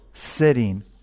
Sitting